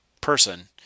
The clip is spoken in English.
person